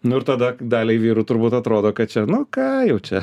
nu ir tada daliai vyrų turbūt atrodo kad čia nu ką jau čia